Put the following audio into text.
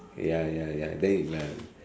ya ya ya then is bad